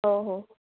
हो हो